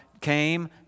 came